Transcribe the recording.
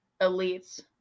elites